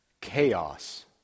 chaos